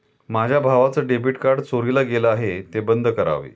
माझ्या भावाचं debit card चोरीला गेलं आहे, ते बंद करावे